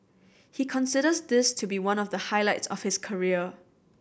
he considers this to be one of the highlights of his career